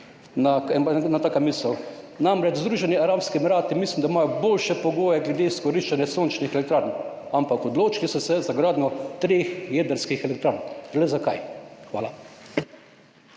ena taka misel: Združeni Arabski Emirati mislim, da imajo boljše pogoje glede izkoriščanja sončnih elektrarn, ampak odločili so se za gradnjo treh jedrskih elektrarn. Le zakaj? Hvala.